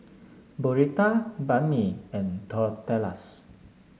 Burrito Banh Mi and Tortillas